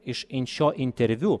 iš šio interviu